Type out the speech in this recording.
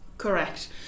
Correct